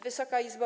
Wysoka Izbo!